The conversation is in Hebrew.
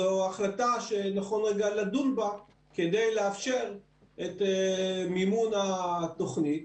זו החלטה שנכון רגע לדון בה כדי לאפשר את מימון התוכנית.